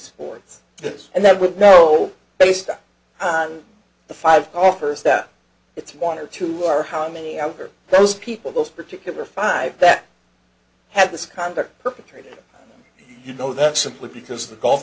this and that would know based on the five offers that it's one or two are how many out there are those people those particular five that had this conduct perpetrated you know that simply because the golf